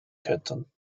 könnten